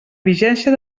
vigència